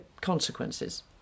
consequences